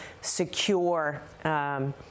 secure